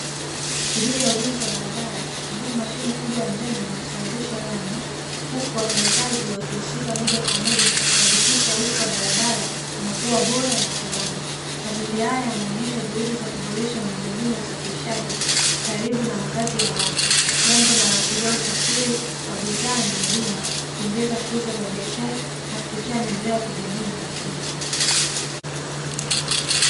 Shughuli ya ujenzi wa barabara ambapo mashine kubwa ya njano inasawazisha lami huku wafanyakazi wakihusika moja kwa moja kuhakikisha uso wa barabara unakua bora na salama. Mazingira haya yanaonyesha juhudi za kuongeza miundombinu ya usafirishaji karibu na makazi ya watu, jambo linaloashiria usafiri wa bidhaa na huduma kuongeza fursa za biashara na kuchochea maendeleo ya kijamii na uchumi.